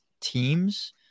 teams